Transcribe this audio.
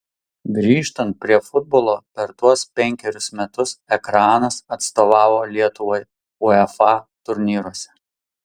grįžtant prie futbolo per tuos penkerius metus ekranas atstovavo lietuvai uefa turnyruose